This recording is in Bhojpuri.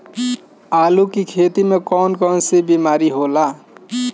आलू की खेती में कौन कौन सी बीमारी होला?